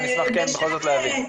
נשמח בכל זאת להבין.